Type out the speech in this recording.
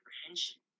apprehension